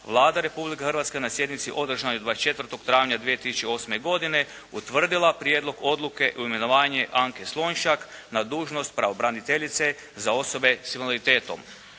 Vlada Republike Hrvatske na sjednici održanoj 24. travnja 2008. godine utvrdila Prijedlog odluke o imenovanju Anke Slonjšak na dužnost pravobraniteljice za osobe s invaliditetom.